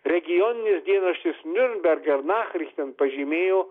regioninis dienraštis niurnberger nachrichten pažymėjo